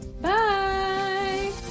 Bye